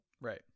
Right